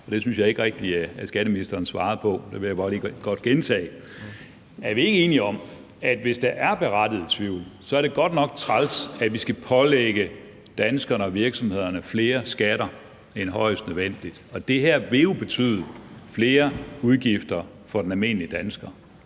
jeg synes ikke rigtig, at skatteministeren svarede på det, så det vil jeg godt lige gentage: Er vi ikke enige om, at hvis der er berettiget tvivl, så er det godt nok træls, at vi skal pålægge danskerne og virksomhederne flere skatter end højst nødvendigt? Det her vil jo betyde flere udgifter for den almindelige dansker.